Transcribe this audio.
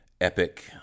epic